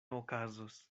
okazos